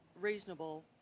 reasonable